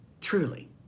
Truly